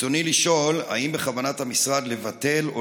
רצוני לשאול: האם בכוונת המשרד לבטל או